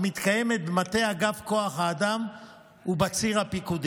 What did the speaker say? המתקיימת במטה אגף כוח האדם ובציר הפיקודי.